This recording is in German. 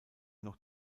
noch